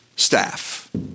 Staff